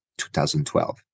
2012